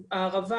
הערב,